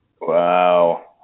Wow